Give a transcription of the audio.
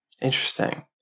Interesting